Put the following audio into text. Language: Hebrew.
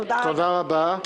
תודה רבה.